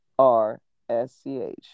R-S-C-H